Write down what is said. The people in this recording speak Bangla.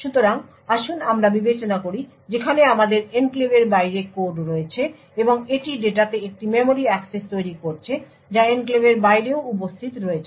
সুতরাং আসুন আমরা বিবেচনা করি যেখানে আমাদের এনক্লেভের বাইরে কোড রয়েছে এবং এটি ডেটাতে একটি মেমরি অ্যাক্সেস তৈরি করছে যা এনক্লেভের বাইরেও উপস্থিত রয়েছে